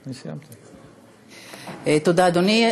תודה, אדוני.